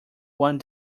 one